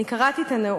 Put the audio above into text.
אני קראתי את הנאום.